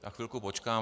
Já chvilku počkám.